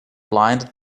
blinded